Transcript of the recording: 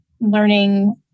learning